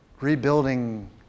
rebuilding